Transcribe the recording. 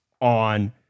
on